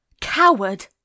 coward